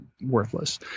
worthless